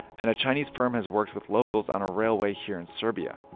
and a chinese firm has worked with locals on a railway here in serbia.